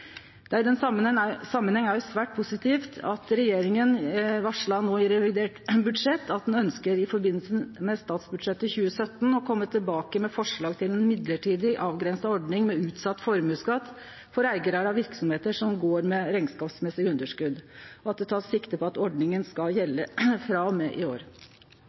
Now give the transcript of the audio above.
den samanhengen er det svært positivt at regjeringa no i revidert budsjett varslar at ein i samband med statsbudsjettet ønskjer å kome tilbake med forslag til ein mellombels avgrensa ordning med utsett formuesskatt for eigarar av verksemder som har underskot i rekneskapen, og at det blir teke sikte på at ordninga skal gjelde frå og med i år.